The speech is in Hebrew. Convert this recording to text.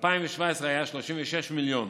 ב-2017 היו 36 מיליון